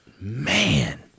Man